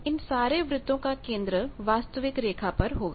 इन सारे वृतों का केंद्र वास्तविक रेखा पर होगा